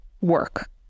work